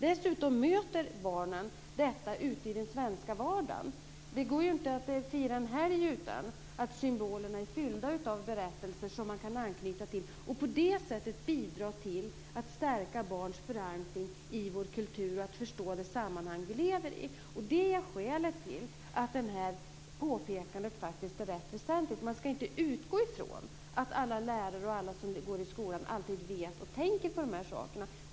Dessutom möter barnen detta ute i den svenska vardagen. Det går ju inte att fira en helg utan att symbolerna är fyllda av berättelser som man kan anknyta till och på det sättet bidra till att stärka barns förankring i vår kultur och förståelsen för det sammanhang som vi lever i. Det är skälet till att det här påpekandet är rätt väsentligt. Man ska inte utgå från att alla lärare och alla som går i skolan alltid känner till och tänker på de här sakerna.